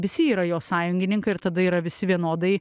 visi yra jos sąjungininkai ir tada yra visi vienodai